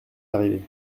arrivé